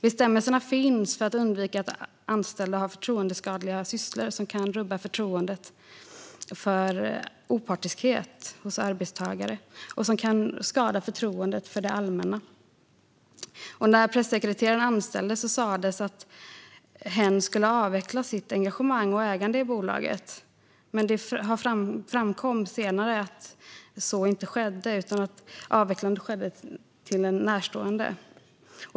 Bestämmelserna finns för att undvika att anställda har förtroendeskadliga sysslor som kan rubba förtroendet för opartiskhet hos arbetstagare och skada det allmännas förtroende. När pressekreteraren anställdes sas att hen "skulle avveckla sitt engagemang och ägande i företaget". Men det framkom senare att så inte hade skett då ägandet gått över till en närstående.